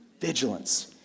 vigilance